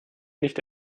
nicht